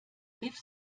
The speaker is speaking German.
rief